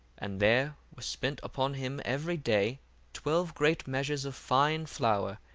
and there were spent upon him every day twelve great measures of fine flour,